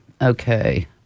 Okay